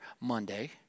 Monday